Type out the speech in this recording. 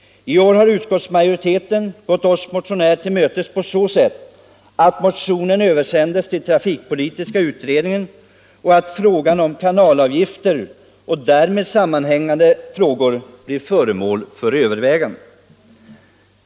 I år har utskottsmajoriteten gått oss motionärer till mötes på så sätt att motionen översändes till trafikpolitiska utredningen och att frågan om kanalavgifter och därmed sammanhängande frågor blir föremål för övervägande.